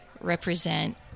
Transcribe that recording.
represent